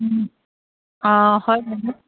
অঁ হয় বাইদেউ